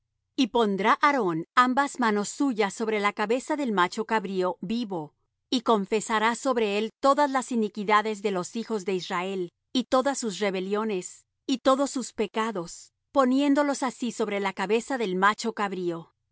y pondrá aarón ambas manos suyas sobre la cabeza del macho cabrío vivo y confesará sobre él todas las iniquidades de los hijos de israel y todas sus rebeliones y todos sus pecados poniéndolos así sobre la cabeza del macho cabrío